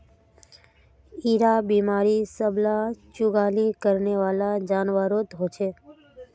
इरा बिमारी सब ला जुगाली करनेवाला जान्वारोत होचे